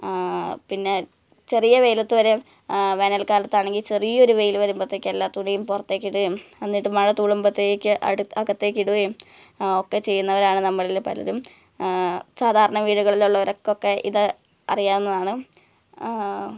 പിന്നെ ചെറിയ വെയിലത്ത് വരെ വേനല്ക്കാലത്താണെങ്കില് ചെറിയൊരു വെയിൽ വരുമ്പോഴത്തേക്ക് എല്ലാ തുണിയും പുറത്തേക്ക് ഇടുകയും എന്നിട്ട് മഴ തുളുമ്പുമ്പത്തേക്ക് അകത്തേക്ക് ഇടുവേം ഒക്കെ ചെയ്യുന്നവരാണ് നമ്മളിൽ പലരും സാധാരണ വീടുകളിൽ ഉള്ളവർക്കൊക്കെ ഇത് അറിയാവുന്നതാണ്